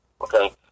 okay